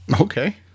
okay